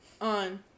on